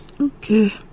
Okay